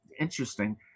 interesting